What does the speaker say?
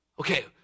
Okay